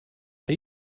are